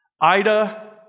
Ida